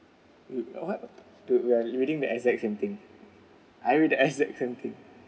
you what dude we are reading the exact same thing I read the exact same thing